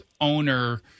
owner